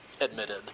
admitted